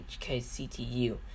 HKCTU